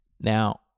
Now